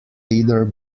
leader